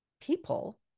people